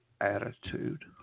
attitude